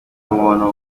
umuntu